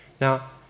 Now